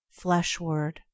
fleshward